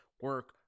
Work